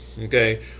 Okay